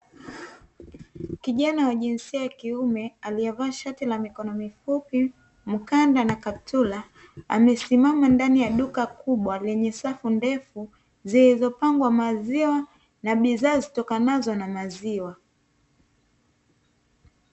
Kijana wa jinsia ya kiume aliyevaa shati la mikono mifupi, mkanda, na kaptula, amesimama ndani ya duka kubwa lenye safu ndefu, zilizopangwa maziwa na bidhaa zitokanazo na maziwa.